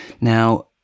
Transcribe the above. Now